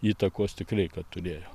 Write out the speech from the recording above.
įtakos tikrai kad turėjo